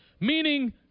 Meaning